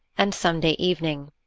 and sunday evening.